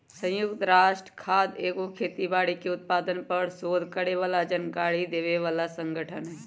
संयुक्त राष्ट्र खाद्य एगो खेती बाड़ी के उत्पादन पर सोध करे बला जानकारी देबय बला सँगठन हइ